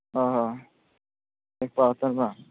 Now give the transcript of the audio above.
ᱢᱤᱫ ᱯᱩᱣᱟᱹ ᱠᱟᱛᱮ ᱵᱟᱝ